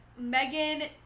Megan